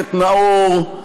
השופטת נאור,